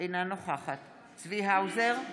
אינה נוכחת צבי האוזר,